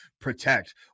protect